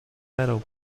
meadow